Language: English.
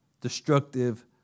destructive